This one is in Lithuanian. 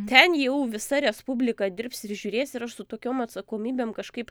ten jau visa respublika dirbs ir žiūrės ir aš su tokiom atsakomybėm kažkaip